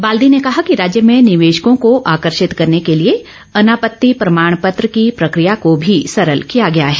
बाल्दी ने कहा कि राज्य में निवेशकों को आकर्षित करने के लिए अनापत्ति प्रमाण पत्र की प्रक्रिया को भी सरल किया गया है